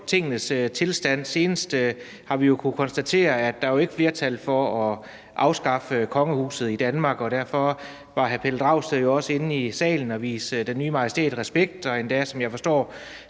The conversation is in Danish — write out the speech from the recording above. tingenes tilstand. Senest har vi kunnet konstatere, at der jo ikke er flertal for at afskaffe kongehuset i Danmark, og derfor var hr. Pelle Dragsted jo også inde i salen og vise den nye majestæt respekt og endda, som jeg forstår